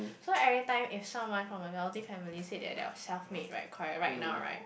so every time if someone from my faculty family said that they are self made right correct right now right